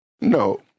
No